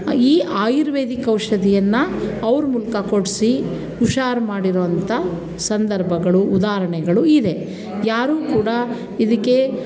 ಈ ಆಯುರ್ವೇದಿಕ್ ಔಷಧಿಯನ್ನು ಅವ್ರ ಮೂಲಕ ಕೊಡಿಸಿ ಹುಷಾರು ಮಾಡಿರುವಂಥ ಸಂದರ್ಭಗಳು ಉದಾಹರಣೆಗಳು ಇದೆ ಯಾರೂ ಕೂಡ ಇದಕ್ಕೆ